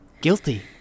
guilty